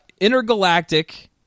intergalactic